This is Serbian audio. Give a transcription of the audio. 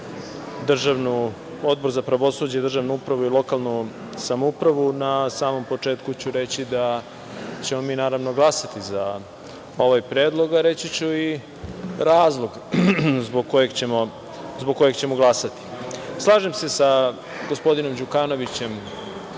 formalno Odbor za pravosuđe, državnu upravu i lokalnu samoupravu, na samom početku ću reći da ćemo mi naravno glasati za ovaj predlog. Reći ću i razlog zbog kojeg ćemo glasati. Slažem se sa gospodinom Đukanovićem